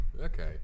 Okay